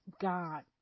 God